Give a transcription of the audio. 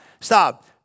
stop